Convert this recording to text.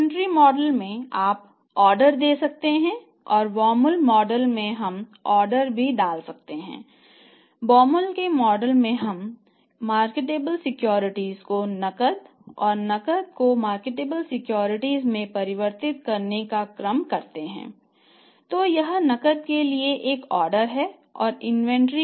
inventory model करें